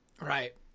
right